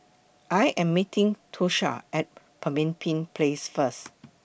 I Am meeting Tosha At Pemimpin Place First